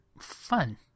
Fun